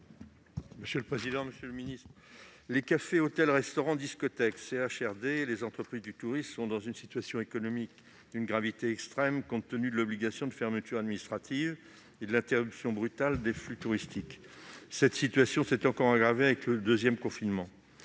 présenter l'amendement n° I-630 rectifié . Les cafés, hôtels, restaurants, discothèques (CHRD) et les entreprises du tourisme sont dans une situation économique d'une gravité extrême, compte tenu de l'obligation de fermeture administrative et de l'interruption brutale des flux touristiques. Cette situation s'est encore accentuée avec le deuxième confinement.